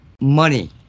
money